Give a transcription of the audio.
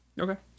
okay